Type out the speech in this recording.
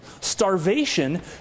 starvation